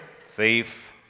thief